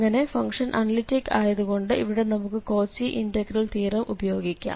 അങ്ങനെ function analytic ആയതുകൊണ്ട് ഇവിടെ നമുക്ക് കോച്ചി ഇന്റഗ്രൽ തിയറം ഉപയോഗിക്കാം